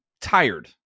tired